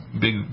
big